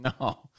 No